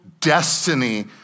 destiny